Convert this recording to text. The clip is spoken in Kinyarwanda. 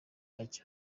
ajya